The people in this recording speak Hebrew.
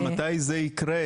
מתי זה יקרה?